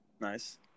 Nice